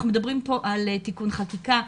אנחנו מדברים פה על תיקון חקיקה,